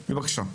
בבקשה.